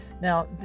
Now